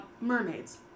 Mermaids